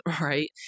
right